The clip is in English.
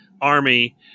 army